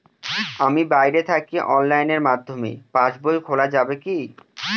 আমি বাইরে থাকি অনলাইনের মাধ্যমে পাস বই খোলা যাবে কি?